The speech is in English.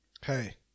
hey